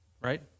right